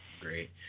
Great